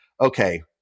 okay